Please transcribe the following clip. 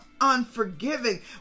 unforgiving